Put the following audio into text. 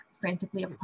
frantically